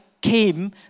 came